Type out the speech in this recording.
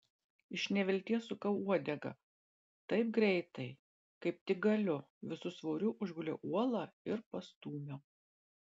iš nevilties sukau uodegą taip greitai kaip tik galiu visu svoriu užguliau uolą ir pastūmiau